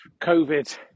Covid